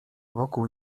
wokół